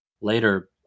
later